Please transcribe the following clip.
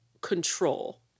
control